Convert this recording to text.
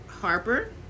Harper